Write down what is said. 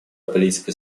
политика